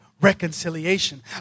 reconciliation